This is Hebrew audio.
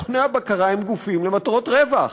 מכוני הבקרה הם גופים למטרות רווח.